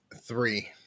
three